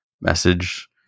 message